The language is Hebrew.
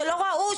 שלא ראו,